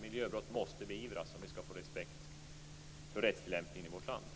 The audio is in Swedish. Miljöbrott måste beivras om vi skall få respekt för rättstillämpningen i vårt land.